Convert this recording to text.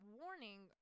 warning